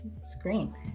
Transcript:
screen